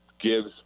gives